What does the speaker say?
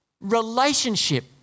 Relationship